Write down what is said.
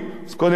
אז קודם כול,